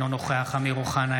אינו נוכח אמיר אוחנה,